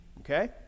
Okay